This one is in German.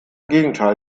gegenteil